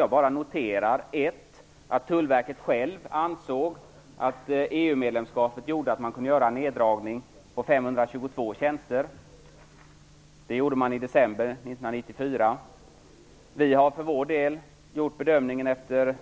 Jag noterar bara att Tullverket självt ansåg att EU-medlemskapet innebar att man kunde göra en neddragning på 522 tjänster. Det gjorde man i december 1994. Vi har för vår del gjort bedömningen, efter att